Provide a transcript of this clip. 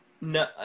No